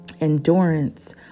endurance